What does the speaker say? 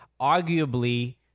arguably